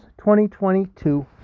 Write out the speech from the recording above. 2022